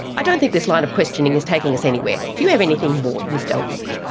i don't think this line of questioning is taking us anywhere. do you have anything more, mr alcock?